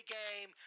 game